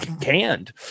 canned